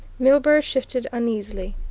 milburgh shifted uneasily.